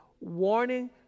warning